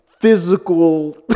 physical